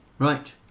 Right